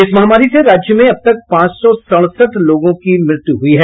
इस महामारी से राज्य में अब तक पांच सौ सड़सठ लोगों की मृत्यु हुई है